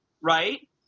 right